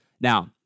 Now